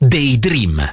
Daydream